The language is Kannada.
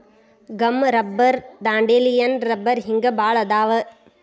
ಗಮ್ ರಬ್ಬರ್ ದಾಂಡೇಲಿಯನ್ ರಬ್ಬರ ಹಿಂಗ ಬಾಳ ಅದಾವ